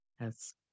Yes